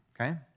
okay